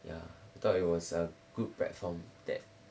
ya I thought it was a good platform that